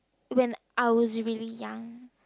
when I was really young